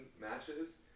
matches